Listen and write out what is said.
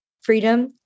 freedom